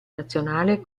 nazionale